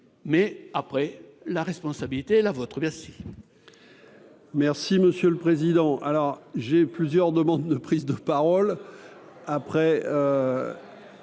mais après la responsabilité est la vôtre, merci.